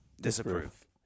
Disapprove